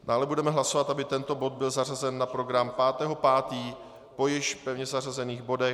Dále budeme hlasovat, aby tento bod byl zařazen na program 5. 5. po již pevně zařazených bodech.